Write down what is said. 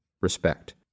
respect